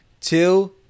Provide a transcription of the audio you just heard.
two